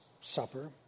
Supper